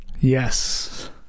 Yes